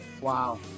Wow